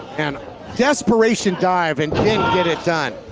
and desperation dive and didn't get it done.